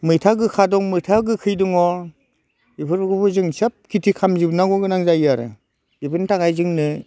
मैथा गोखा दं मैथा गोखै दङ बेफोरखौबो जों सोब खिथि खालामजोबनांगौ गोनां जायो आरो बेफोरनि थाखाय जोंनो